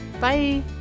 bye